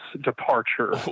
departure